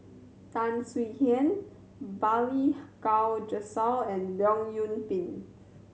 Tan Swie Hian Balli Kaur Jaswal and Leong Yoon Pin